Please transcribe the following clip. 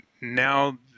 now